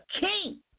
king